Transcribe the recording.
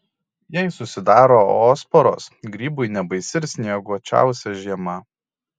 jei susidaro oosporos grybui nebaisi ir snieguočiausia žiema